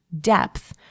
depth